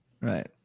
Right